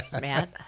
matt